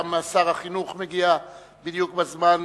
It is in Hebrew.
גם שר החינוך מגיע בדיוק בזמן,